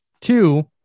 two